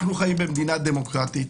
אנחנו חיים במדינה דמוקרטית.